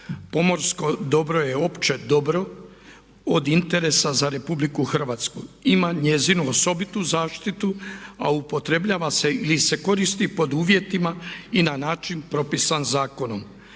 Pomorsko dobro je opće dobro od interesa za Republiku Hrvatsku. Ima njezinu osobitu zaštitu a upotrebljava se ili se koristi pod uvjetima i na način propisan zakonom.